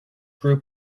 group